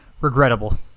regrettable